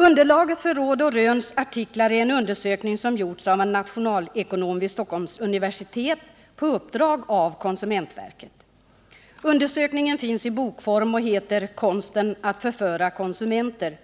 Underlaget för Råd och Röns artiklar är en undersökning som gjorts av en nationalekonom vid Stockholms universitet, på uppdrag av konsumentverket. Undersökningen finns i bokform och heter ”Konsten att förföra konsumenter”